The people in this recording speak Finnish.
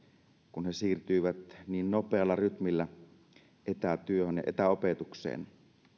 kun he siirtyivät niin nopealla rytmillä etätyöhön ja etäopetukseen